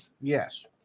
Yes